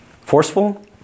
forceful